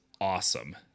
awesome